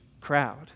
crowd